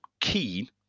keen